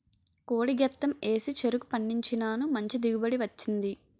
కోడి గెత్తెం ఏసి చెరుకు పండించినాను మంచి దిగుబడి వచ్చింది